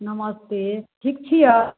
नमस्ते ठीक छियै